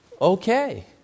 okay